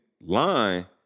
line